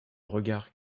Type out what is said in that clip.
regard